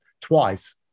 twice